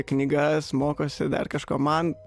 knygas mokosi dar kažko man